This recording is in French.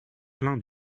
plein